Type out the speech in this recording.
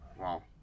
Wow